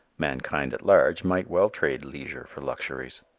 mankind at large might well trade leisure for luxuries.